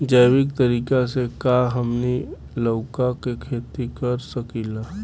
जैविक तरीका से का हमनी लउका के खेती कर सकीला?